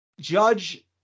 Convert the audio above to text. Judge